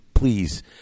Please